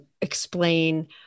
explain